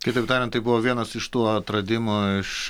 kitaip tariant tai buvo vienas iš tų atradimų iš